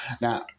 Now